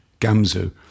Gamzu